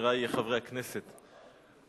חברי חברי הכנסת,